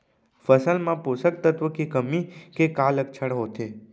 फसल मा पोसक तत्व के कमी के का लक्षण होथे?